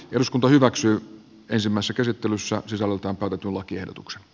eduskunta hyväksyy ensimma sekä ottelussa sisältää pakatun lakiehdotuksen